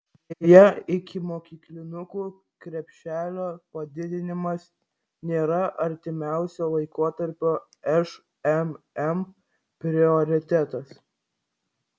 deja ikimokyklinukų krepšelio padidinimas nėra artimiausio laikotarpio šmm prioritetas